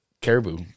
caribou